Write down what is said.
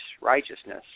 righteousness